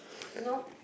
no